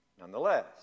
nonetheless